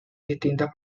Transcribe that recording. distintas